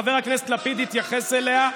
חבר הכנסת לפיד התייחס אליה,